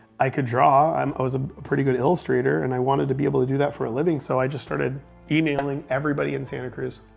i could draw. i'm i was a pretty good illustrator and i wanted to be able to do that for a living. so i just started emailing everybody in santa cruz.